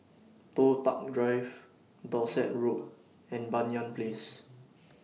Toh Tuck Drive Dorset Road and Banyan Place